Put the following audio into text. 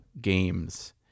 games